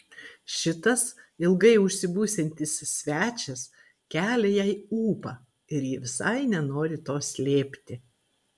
šitas ilgai užsibūsiantis svečias kelia jai ūpą ir ji visai nenori to slėpti